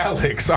Alex